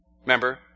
Remember